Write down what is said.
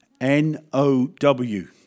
N-O-W